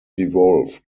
evolved